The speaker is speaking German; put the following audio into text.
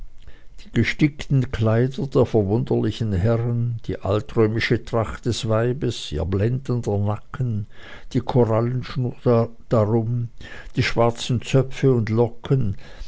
die gestickten kleider der wunderlichen herren die altrömische tracht des weibes ihr blendender nacken die korallenschnur darum die schwarzen zöpfe und locken